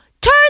Turn